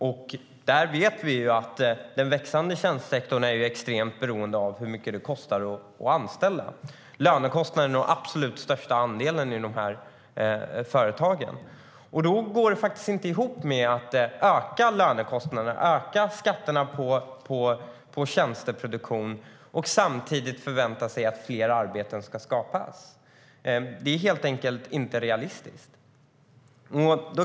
Vi vet att den växande tjänstesektorn är extremt beroende av hur mycket det kostar att anställa. Lönekostnaden är den absolut största kostnaden för dessa företag. Det går inte ihop med att öka lönekostnaderna och öka skatterna på tjänsteproduktion och samtidigt förvänta sig att det ska skapas fler arbeten. Det är helt enkelt inte realistiskt.